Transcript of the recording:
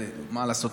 מה לעשות,